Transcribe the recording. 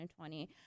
2020